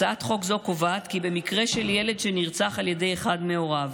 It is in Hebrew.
הצעת חוק זו קובעת כי במקרה שילד נרצח על ידי אחד מהוריו,